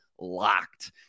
LOCKED